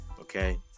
okay